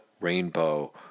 rainbow